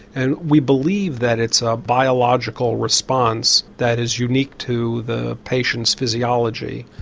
and we believe that it's a biological response that is unique to the patient's physiology.